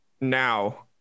now